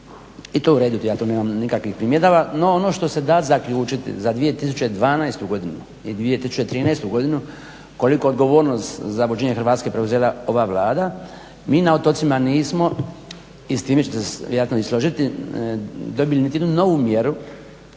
i to je u redu, ja tu nemam nikakvih primjedbi. No ono što se da zaključiti za 2012. i 2013. godinu koliku je odgovornost za vođenje Hrvatske preuzela ova Vlada. Mi na otocima nismo i s time ćete se vjerojatno i složiti, dobili niti jednu novu mjeru